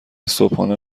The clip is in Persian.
صبحانه